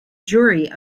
jury